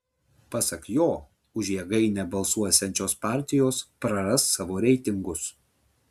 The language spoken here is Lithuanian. pasak jo už jėgainę balsuosiančios partijos praras savo reitingus